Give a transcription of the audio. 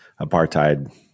apartheid